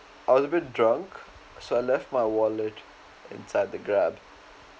I was a bit drunk so I left my wallet inside the grab